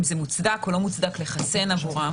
אם זה מוצדק או לא מוצדק לחסן עבורם.